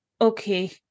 Okay